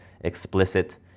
explicit